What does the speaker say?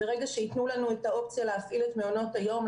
ברגע שייתנו לנו את האופציה להפעיל את מעונות היום,